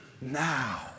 now